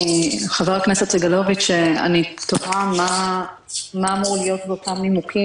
אני תוהה מה יכתוב השופט באותם נימוקים